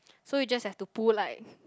so you just have to pull like